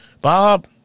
Bob